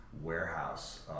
warehouse